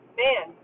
man